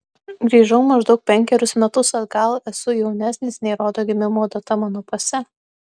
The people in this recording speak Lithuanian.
grįžau maždaug penkerius metus atgal esu jaunesnis nei rodo gimimo data mano pase